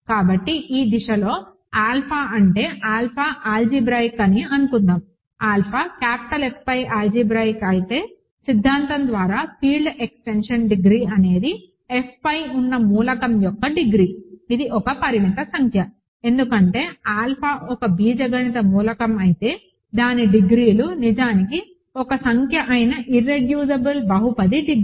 కాబట్టి ఈ దిశలో ఆల్ఫా అంటే ఆల్ఫా ఆల్జీబ్రాయిక్ అని అనుకుందాం ఆల్ఫా క్యాపిటల్ F పై ఆల్జీబ్రాయిక్ అయితే సిద్ధాంతం ద్వారా ఫీల్డ్ ఎక్స్టెన్షన్ డిగ్రీ అనేది F పై ఉన్న మూలకం యొక్క డిగ్రీ ఇది ఒక పరిమిత సంఖ్య ఎందుకంటే ఆల్ఫా ఒక బీజగణిత మూలకం అయితే దాని డిగ్రీలు నిజానికి ఒక సంఖ్య అయిన ఇర్రెడ్యూసిబుల్ బహుపది డిగ్రీ